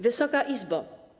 Wysoka Izbo!